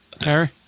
Harry